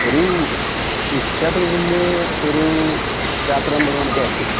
ഒരു ഉച്ച തിരിഞ്ഞ് ഒരു രാത്രി ഒമ്പത് മണിക്കായിരിക്കും